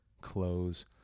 close